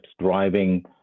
driving